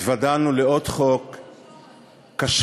התוודענו לעוד חוק קשה,